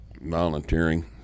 volunteering